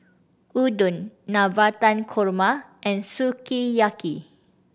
Udon Navratan Korma and Sukiyaki